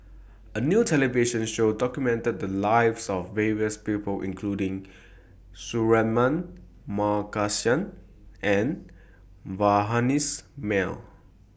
A New television Show documented The Lives of various People including Suratman Markasan and Vanessa Mae